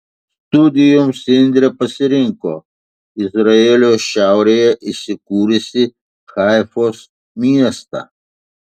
studijoms indrė pasirinko izraelio šiaurėje įsikūrusį haifos miestą